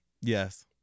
Yes